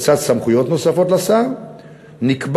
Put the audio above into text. בצד סמכויות נוספות לשר נקבע